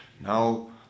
Now